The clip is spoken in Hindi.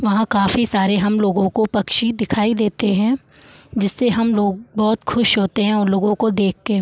वहाँ काफ़ी सारे हम लोगों को पक्षी दिखाई देते हैं जिससे हम लोग बहुत खुश होते हैं उन लोगों को देख के